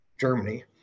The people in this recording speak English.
Germany